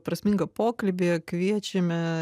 prasmingą pokalbį kviečiame